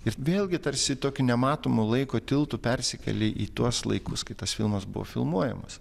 ir vėlgi tarsi tokiu nematomu laiko tiltu persikeli į tuos laikus kai tas filmas buvo filmuojamas